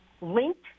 linked